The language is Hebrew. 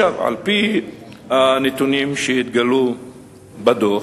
על-פי הנתונים שהתגלו בדוח,